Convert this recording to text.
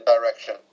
direction